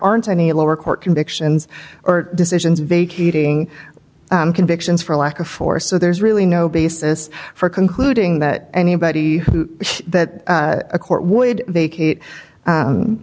aren't any lower court convictions or decisions vacating convictions for lack of force so there's really no basis for concluding that anybody that a court would they